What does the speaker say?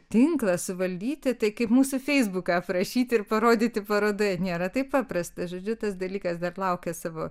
tinklą suvaldyti tai kaip mūsų feisbuką aprašyti ir parodyti parodoje nėra taip paprasta žodžiu tas dalykas dar laukia savo